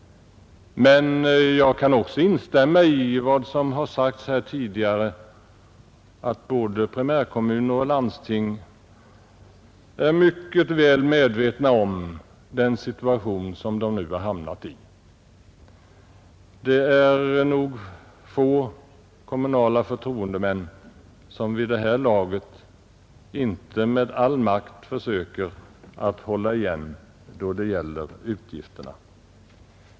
Men jag kan också instämma i vad som har sagts här tidigare, nämligen att både primärkommuner och landsting är mycket väl medvetna om den situation som de nu har hamnat i. Det är nog få kommunala förtroendemän som vid det här laget inte med all makt försöker hålla igen då det gäller utgifterna.